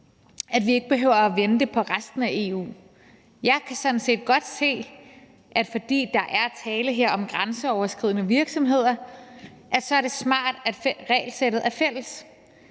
at vi ikke behøver at vente på resten af EU. Jeg kan sådan set godt se, at fordi der her er tale om grænseoverskridende virksomheder, er det smart, at regelsættet er fælles.